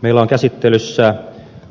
meillä on käsittelyssä